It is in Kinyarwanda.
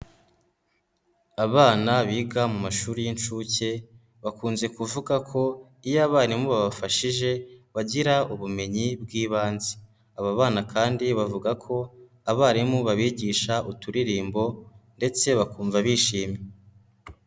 Abana biga mu mashuri y'inshuke, bakunze kuvuga ko iyo abarimu babafashije bagira ubumenyi bw'ibanze, aba bana kandi bavuga ko abarimu babigisha uturirimbo ndetse bakumva bishimye.